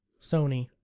Sony